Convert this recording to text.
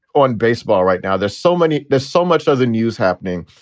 on baseball right now. there's so many there's so much other news happening.